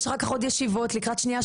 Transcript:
יש אחר כך עוד ישיבות לקראת שנייה,